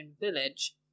village